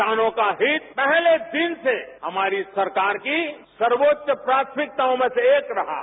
किसानों का हित पहले दिन से हमारी सरकार की सर्वोच्च प्राथमिक्ताओं में से एक रहा है